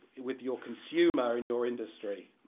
with your consumer and your industry.